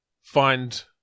find